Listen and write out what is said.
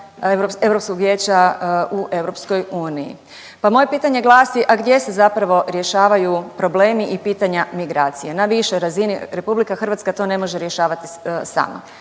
Europskog vijeća u EU, pa moje pitanje glasi a gdje se zapravo rješavaju problemi i pitanja migracije, na višoj razini. RH to ne može rješavati sama.